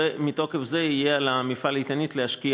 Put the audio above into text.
ומתוקף זה יהיה על מפעל "איתנית" להשקיע